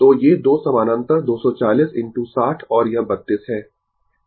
तो ये 2 समानांतर 240 इनटू 60 और यह 32 है